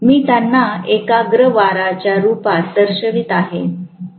मी त्यांना एकाग्र वाराच्या रूपात दर्शवित आहे